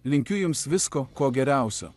linkiu jums visko ko geriausio